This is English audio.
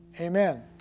Amen